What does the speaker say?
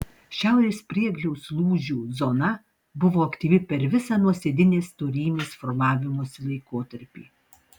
šiaurės priegliaus lūžių zona buvo aktyvi per visą nuosėdinės storymės formavimosi laikotarpį